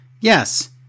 yes